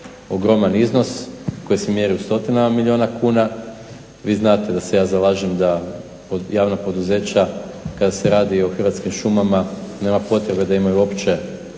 ogroman iznos koji se mjeri u stotinama milijuna kuna. Vi znate da se ja zalažem da javna poduzeća kada se radi o Hrvatskim šumama nema potrebe da imaju uopće